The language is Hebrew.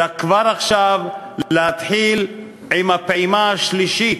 אלא כבר עכשיו להתחיל עם הפעימה השלישית,